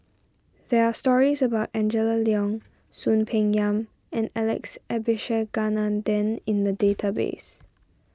there are stories about Angela Liong Soon Peng Yam and Alex Abisheganaden in the database